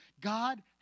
God